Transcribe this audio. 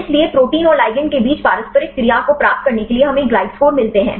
इसलिए प्रोटीन और लिगैंड के बीच पारस्परिक क्रिया को प्राप्त करने के लिए हमें ये ग्लाइड स्कोर मिलते हैं